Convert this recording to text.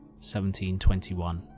1721